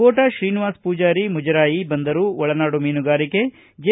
ಕೋಟಾ ಶ್ರೀನಿವಾಸ ಪೂಜಾರಿ ಮುಜರಾಯಿ ಬಂದರು ಒಳನಾಡು ಮೀನುಗಾರಿಕೆ ಜೆ